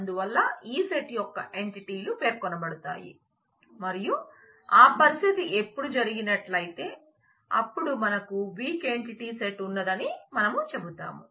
అందువల్ల ఈ సెట్ యొక్క ఎంటిటీలు పేర్కొనబడతాయి మరియు ఆ పరిస్థితి ఎప్పుడు జరిగినట్లయితే అప్పుడు మనకు వీక్ ఎంటిటీ సెట్ ఉన్నదని మనం చెబుతాం